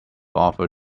offer